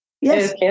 Yes